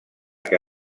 que